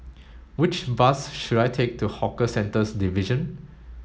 which bus should I take to Hawker Centres Division